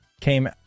came